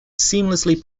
seamlessly